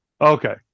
okay